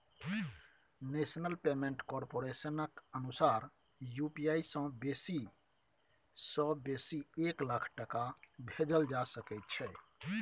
national payment कारपोरेशनक अनुसार UPI सँ बेसी सँ बेसी एक लाख टका भेजल जा सकै छै